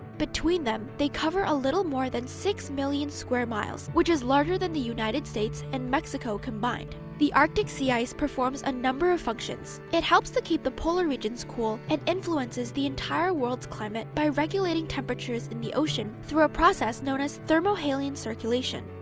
between them, they cover a little more than six million square miles, which is larger than the united states and mexico combined. this arctic sea ice performs a number of functions. it helps to keep the polar regions cool, and influences the entire world's climate by regulating temperatures in the ocean through a process known as thermohaline circulation.